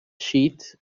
sheet